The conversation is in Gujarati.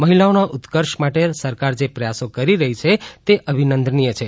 મહિલાઓના ઉત્કર્ષ માટે સરકાર જે પ્રયાસો કરી રહી છે તે અભિનંદનીય છે